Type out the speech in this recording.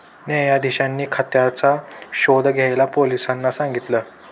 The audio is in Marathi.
न्यायाधीशांनी खात्याचा शोध घ्यायला पोलिसांना सांगितल